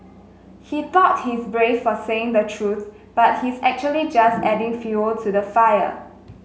he thought he's brave for saying the truth but he's actually just adding fuel to the fire